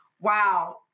Wow